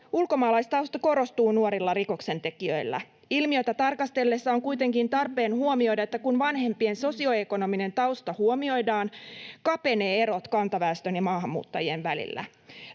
ulkomaalaistausta korostuu nuorilla rikoksentekijöillä. Ilmiötä tarkastellessa on kuitenkin tarpeen huomioida, että kun vanhempien sosioekonominen tausta huomioidaan, kapenevat erot kantaväestön ja maahanmuuttajien välillä.